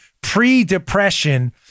pre-Depression